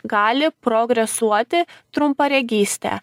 gali progresuoti trumparegystė